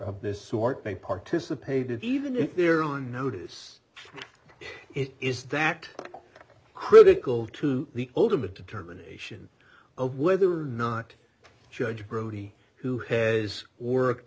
of this sort they participated even in their own notice it is that critical to the ultimate determination of whether or not judge brody who has worked